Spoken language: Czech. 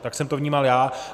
Tak jsem to vnímal já.